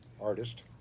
artist